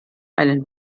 einen